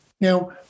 Now